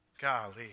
Golly